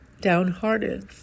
downhearted